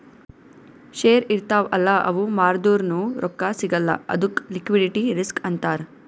share ಇರ್ತಾವ್ ಅಲ್ಲ ಅವು ಮಾರ್ದುರ್ನು ರೊಕ್ಕಾ ಸಿಗಲ್ಲ ಅದ್ದುಕ್ ಲಿಕ್ವಿಡಿಟಿ ರಿಸ್ಕ್ ಅಂತಾರ್